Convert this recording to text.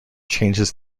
changes